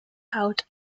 haut